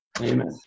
Amen